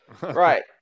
Right